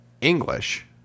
English